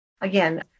again